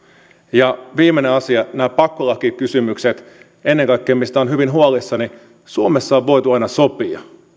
viimeinen asia nämä pakkolakikysymykset ennen kaikkea se mistä olen hyvin huolissani on se että suomessa on voitu aina sopia